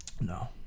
No